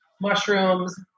mushrooms